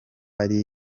ari